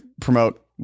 promote